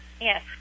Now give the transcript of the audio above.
Yes